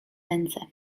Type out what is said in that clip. ręce